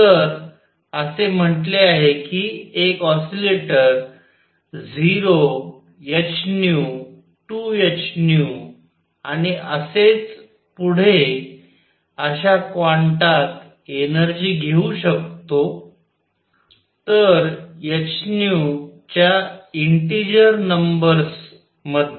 तर असे म्हटले आहे की एक ऑसिलेटर 0 h 2 h आणि असेच पुढे अश्या क्वांटात एनर्जी घेऊ शकतो तर h च्या इंटीजर नंबर्स मध्ये